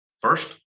first